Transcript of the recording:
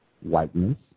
whiteness